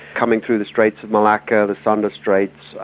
coming through the straits of malacca, the sunda straits,